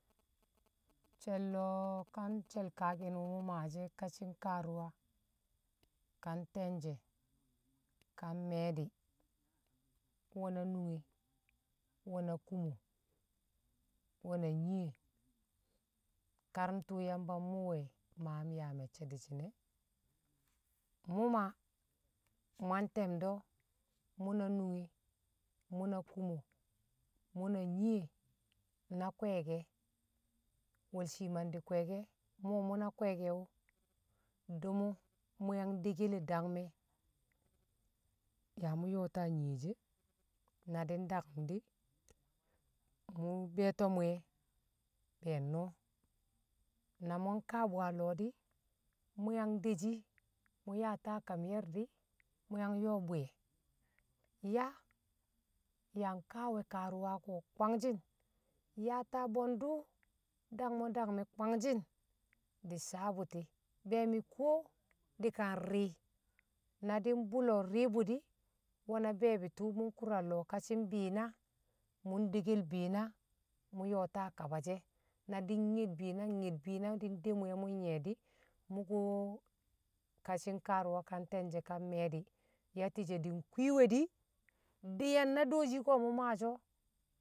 she̱l lo̱o̱ ka nsha kaaki̱n wṵ mṵ maashi̱ e̱ ka shi̱ nkaarṵwa, ka nte̱nje̱, kan mme̱e̱ di̱, nwe̱na nunge, nwe na kumo, nwe na nyiye kar ntwṵ yamba mmṵṵ we̱ maam yaa me̱cce̱ di̱ shi̱ne̱, mṵ ma mwan te̱m do̱ mṵ na nunge̱. mṵ na kumo, mṵ na nyi̱je̱ na kwe̱e̱ke̱ wo̱l shii mandi̱ kwe̱e̱ke̱ mṵ, mṵ na kwe̱e̱ke̱ o̱ di̱mṵ muyan deke le̱ dangme̱ yaa mu yo̱o̱ta nyije she̱ na di̱ ndakṵm di̱ mṵ be̱e̱to̱ muye̱ be̱e̱ no̱ na mṵ kaabṵ a lo̱ di̱, mṵ yang de̱shi̱ mṵ yata kam ye̱r di̱, mṵ yang yo̱o̱ bwi̱ye̱ yaa ya kaawe̱ karṵwa ko̱ kwangshi̱n yaata bwendṵ dakṵmo̱ dangme̱ kwangshi̱n di̱ sawe̱ bṵti̱ be mi̱ ko̱ di̱ kanri̱i̱ na di̱ bṵlo̱ ri̱i̱bṵ nwe̱ na be̱e̱tṵṵ mṵ kṵr a lo̱o̱ ka shi̱ nbi̱i̱na mu ndekel bi̱i̱na mṵ yo̱o̱ya kaba she̱ nadi̱n nye̱d bi̱i̱na nye̱d bi̱i̱na nde mwi̱ye̱ mṵ nyi̱ye̱ di̱ mṵ kuwo ka shi̱ nkaaruwa ka nte̱nje̱ ka mme̱e̱ di̱ yatti she̱ di̱ nfi̱i̱ we̱ di̱ di̱ye̱n na dooshi ko̱ mu maashi̱ o̱